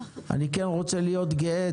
אני כן רוצה להיות גאה,